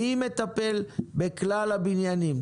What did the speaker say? מי מטפל בכלל הבניינים.